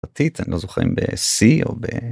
אני לא זוכר אם ב-c או ב...